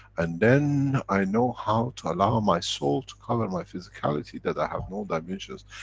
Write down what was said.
and then i know how to allow my soul to cover my physicality that i have more dimensions.